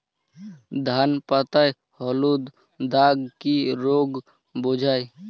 ধান পাতায় হলুদ দাগ কি রোগ বোঝায়?